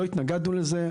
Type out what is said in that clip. לא התנגנו לזה,